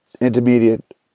intermediate